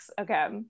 Okay